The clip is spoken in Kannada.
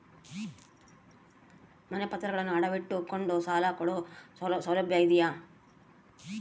ಮನೆ ಪತ್ರಗಳನ್ನು ಅಡ ಇಟ್ಟು ಕೊಂಡು ಸಾಲ ಕೊಡೋ ಸೌಲಭ್ಯ ಇದಿಯಾ?